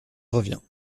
reviens